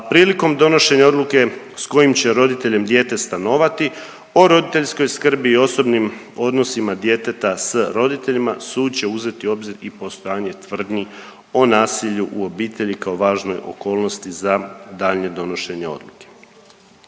prilikom donošenja odluke s kojim će roditeljem dijete stanovati o roditeljskoj skrbi i osobnim odnosima djeteta s roditeljima sud će uzeti u obzir i postojanje tvrdnji o nasilju u obitelji kao važnoj okolnosti za daljnje donošenje odluke.